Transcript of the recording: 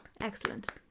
Excellent